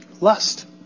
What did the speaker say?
lust